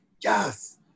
yes